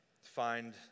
find